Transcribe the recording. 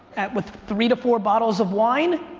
with three to four bottles of wine,